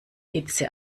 hitze